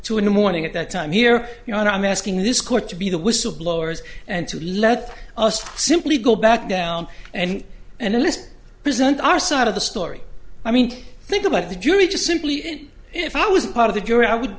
two in the morning at that time here you know and i'm asking this court to be the whistle blowers and to let us simply go back down and analysts present our side of the story i mean think about the jury just simply if i was part of the jury i would